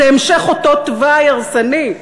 זה המשך אותו תוואי הרסני.